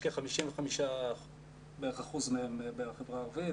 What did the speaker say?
בערך כ-55% מהם בחברה הערבית,